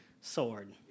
sword